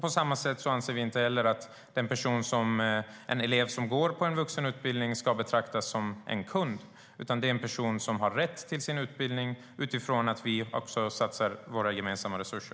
På samma sätt anser vi inte heller att en elev som går på en vuxenutbildning ska betraktas som en kund. Det är en person som har rätt till sin utbildning eftersom vi satsar våra gemensamma resurser.